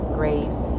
grace